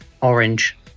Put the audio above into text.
Orange